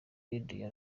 radio